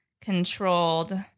controlled